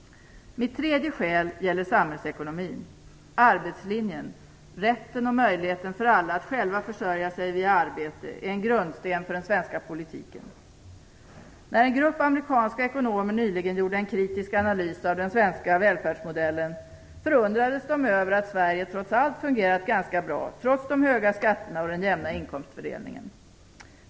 Mitt tredje skäl gäller samhällsekonomin. Arbetslinjen - rätten och möjligheten för alla att själva försörja sig via arbete - är en grundsten för den svenska politiken. När en grupp amerikanska ekonomer nyligen gjorde en kritisk analys av den svenska välfärdsmodellen förundrades de över att Sverige trots allt fungerat ganska bra - trots de höga skatterna och den jämna inkomstfördelningen.